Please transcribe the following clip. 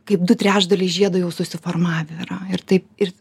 kaip du trečdaliai žiedo jau susiformavę yra ir taip ir